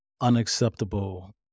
unacceptable